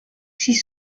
six